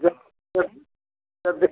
जब जब जब दें